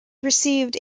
received